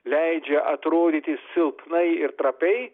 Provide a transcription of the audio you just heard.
leidžia atrodyti silpnai ir trapiai